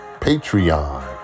Patreon